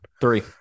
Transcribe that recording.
three